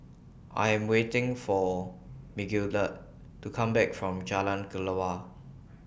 I Am waiting For Migdalia to Come Back from Jalan Kelawar